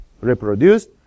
reproduced